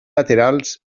laterals